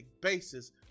basis